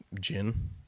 Gin